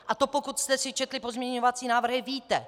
A to, pokud jste si četli pozměňovací návrhy, víte.